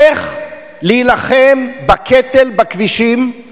איך להילחם בקטל בכבישים?